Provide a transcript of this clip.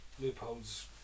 loopholes